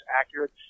accurate